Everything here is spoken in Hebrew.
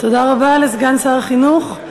תודה רבה לסגן שר החינוך.